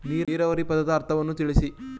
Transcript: ನೀರಾವರಿ ಪದದ ಅರ್ಥವನ್ನು ತಿಳಿಸಿ?